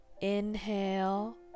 inhale